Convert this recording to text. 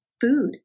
food